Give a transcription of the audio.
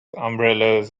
umbrellas